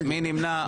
מי נמנע?